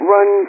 Run